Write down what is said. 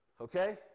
Okay